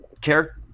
care